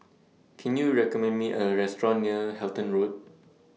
Can YOU recommend Me A Restaurant near Halton Road